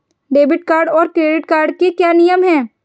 Debit card और credit card के क्या क्या नियम हैं?